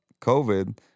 COVID